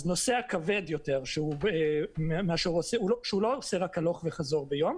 אז נוסע כבד יותר שהוא לא עושה רק הלוך וחזור ביום,